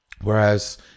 Whereas